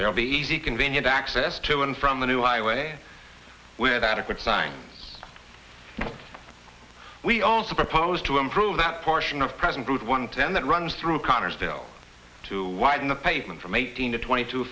there will be easy convenient access to and from the new highway with adequate signs we also proposed to improve that portion of present route one ten that runs through connersville to widen the pavement from eighteen to twenty two